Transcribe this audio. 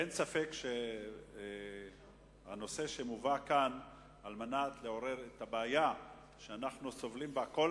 אין ספק שהנושא מובא כאן על מנת לעורר את הבעיה שאנחנו סובלים ממנה,